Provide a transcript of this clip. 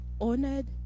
honored